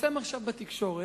התפרסם עכשיו בתקשורת